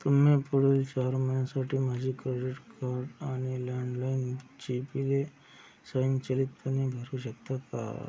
तुम्ही पुढील चार महिन्यांसाठी माझी क्रेडिट कार्ड आणि लँडलाईनची बिले स्वयंचलितपणे भरू शकता का